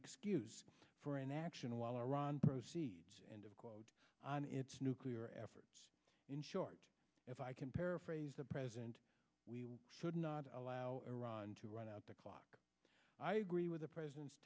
excuse for inaction while iran proceeds end of quote on its nuclear efforts in short if i can paraphrase the president we should not allow iran to run out the clock i agree with the president's